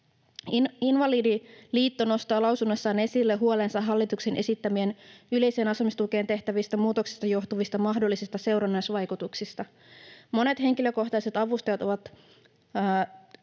Invalidiliitto nostaa lausunnossaan esille huolensa hallituksen esittämistä yleiseen asumistukeen tehtävistä muutoksista johtuvista mahdollisista seurannaisvaikutuksista. Monet henkilökohtaiset avustajat ovat